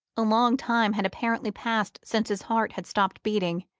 a long time had apparently passed since his heart had stopped beating,